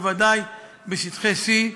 בוודאי בשטחי C,